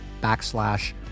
backslash